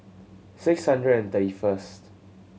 six hundred and thirty first